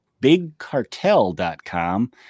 BigCartel.com